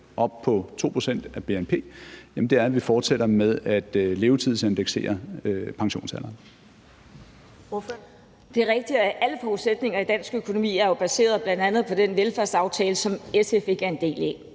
til 2 pct. af vores bnp, er, at vi fortsætter med at levetidsindeksere pensionsalderen.